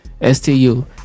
S-T-U